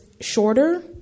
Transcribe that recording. shorter